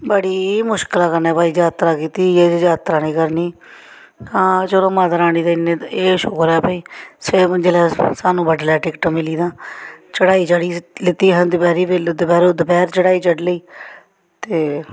बडी मुश्कला कन्नै यात्रा कीती इ'यै जेही यात्रा नेईं करनी हां चलो माता रानी दे इ'यै गै शुकर ऐ भाई सानूं बडलै टिकट मिली चढ़ाई चढ़ी लेती दपैह्र चढ़ाई चढ़ी ली ते